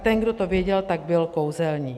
Ten, kdo to věděl, tak byl kouzelník.